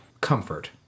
comfort